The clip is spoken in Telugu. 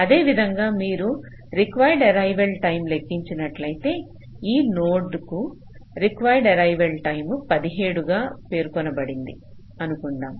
అదేవిధంగా మీరు రిక్వైర్డ్ ఏరైవల్ టైం లెక్కించినట్లయితే ఈ నోడ్ కు రిక్వైర్డ్ ఏరైవల్ టైం 17 గా పేర్కొనబడిందని అనుకుందాం